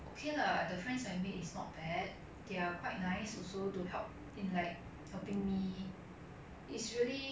it's really ya lor I think I'm quite lucky lah to have them as my friends like 我的 O_G 真的是很好 lor